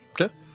Okay